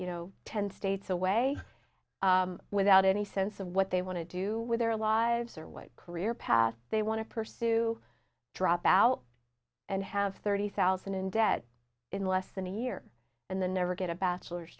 you know ten states away without any sense of what they want to do with their lives or what career path they want to pursue drop out and have thirty thousand in debt in less than a year and the never get a bachelor's